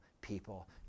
people